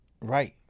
right